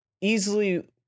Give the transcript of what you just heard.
easily